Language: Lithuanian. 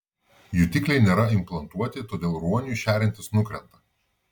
jutikliai nėra implantuoti todėl ruoniui šeriantis nukrenta